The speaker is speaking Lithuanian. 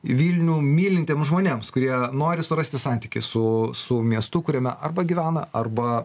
vilnių mylintiems žmonėms kurie nori surasti santykį su su miestu kuriame arba gyvena arba